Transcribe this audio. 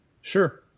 Sure